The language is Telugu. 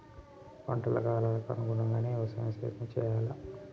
పంటల కాలాలకు అనుగుణంగానే వ్యవసాయ సేద్యం చెయ్యాలా?